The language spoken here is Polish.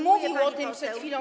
Mówił o tym przed chwilą.